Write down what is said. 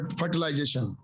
fertilization